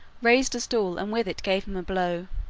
raised a stool and with it gave him a blow.